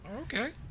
Okay